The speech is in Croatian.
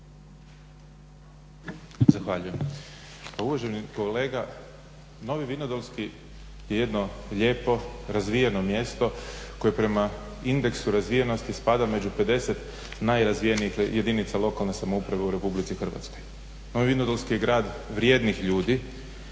Zahvaljujem. Pa uvaženi kolega Novi vinodolski je jedno lijepo, razvijeno mjesto koje prema indeksu razvijenosti spada među 50 najrazvijenijih jedinica lokalne samouprave u RH. Novi Vinodolski je grad vrijednih ljudi